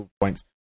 points